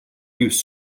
use